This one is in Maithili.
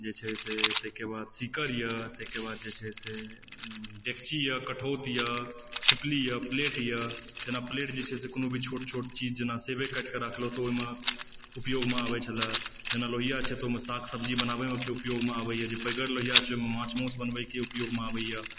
जे छै से तहिकै बाद सीकर यऽ तहिके बाद जे छै से डेकची यऽ कठौत यऽ छिपली यऽ प्लेट यऽ जेना प्लेट जे छै से कोनो भी छोट छोट चीज जेना सेबे काटिके राखलहुँ तऽ ओहिमे उपयोगमे आबए छलए जेना लोहिआ छै तऽ ओहिमे साक सब्जी बनाबएमे उपयोगमे आबैए जे पैघगर लोहिआ छै माछ माउस बनबएके उपयोगमे आबैए